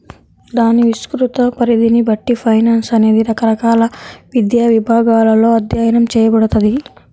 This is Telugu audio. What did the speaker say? దాని విస్తృత పరిధిని బట్టి ఫైనాన్స్ అనేది రకరకాల విద్యా విభాగాలలో అధ్యయనం చేయబడతది